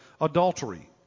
adultery